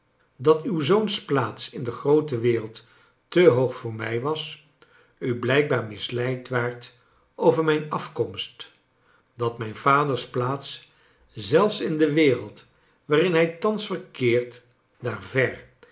dat uw zoon's plaats in de groote wereld te hoog voor mij was u blijkbaar misleid waart over mijn afkomst dat mijn vaders plaats zelfs in de wereld waarin hij thans verkeert daar ver